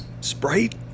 Sprite